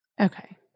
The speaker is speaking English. Okay